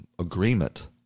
agreement